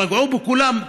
פגעו בכולם.